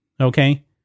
Okay